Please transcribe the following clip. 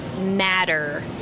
matter